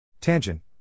Tangent